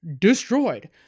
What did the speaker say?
destroyed